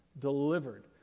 Delivered